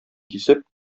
кисеп